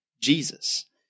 Jesus